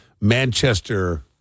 Manchester